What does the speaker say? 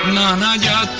da um da da